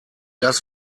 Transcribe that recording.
das